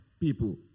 people